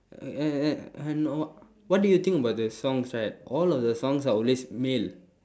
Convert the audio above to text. uh uh err no what do you think about the songs right all of the songs are always male